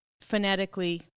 phonetically